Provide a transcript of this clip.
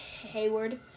Hayward